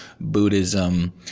buddhism